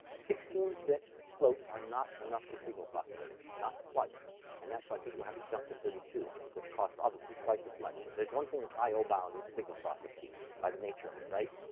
sixteen bit floats are not enough for signal processing not quite and that's why people have to jump to thirty two, which costs, obviously, twice as much. if there's one thing that's i o bound, it's signal processing by the nature of it, right?